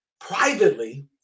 privately